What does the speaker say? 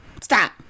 stop